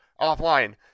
offline